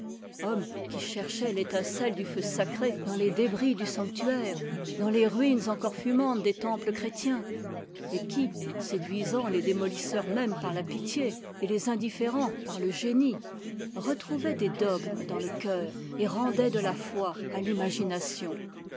homme qui cherchait l'étincelle du feu sacré dans les débris du sanctuaire dans les ruines encore fumantes des temples chrétiens et qui séduisant les démolisseurs même par la pitié et les indifférens par le génie retrouvait des dogmes dans le cœur et rendait de la foi à l'imagination